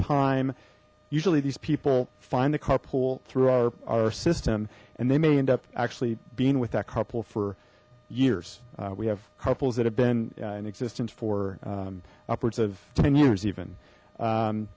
time usually these people find the carpool through our our system and they may end up actually being with that carpool for years we have couples that have been in existence for upwards of ten years even